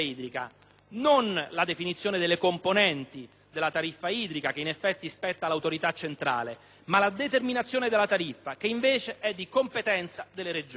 non la definizione delle componenti di tale tariffa, che in effetti spetta all'autorità centrale, ma la determinazione della tariffa che invece è di competenza delle Regioni.